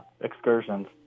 excursions